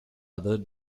other